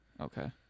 Okay